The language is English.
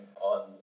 on